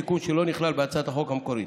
תיקון שלא נכלל בהצעת החוק המקורית.